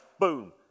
boom